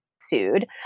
sued